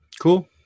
Cool